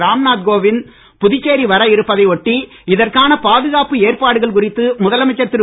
ராம் நாத் கோவிந்த் புதுச்சேரி வர இருப்பதை ஒட்டி இதற்கான பாதுகாப்பு ஏற்பாடுகள் குறித்து முதலமைச்சர் திரு